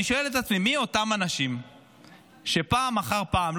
אני שואל את עצמי מי אותם אנשים שפעם אחר פעם,